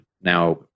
now